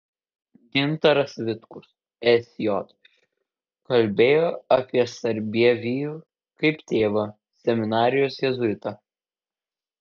gintaras vitkus sj kalbėjo apie sarbievijų kaip tėvą seminarijos jėzuitą